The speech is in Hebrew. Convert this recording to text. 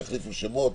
יחליפו שמות,